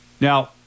Now